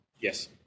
Yes